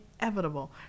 inevitable